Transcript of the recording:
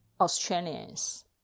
Australians